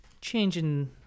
changing